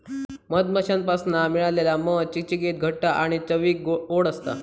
मधमाश्यांपासना मिळालेला मध चिकचिकीत घट्ट आणि चवीक ओड असता